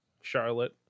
Charlotte